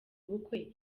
ubukwe